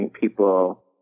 people